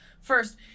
first